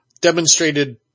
demonstrated